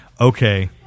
Okay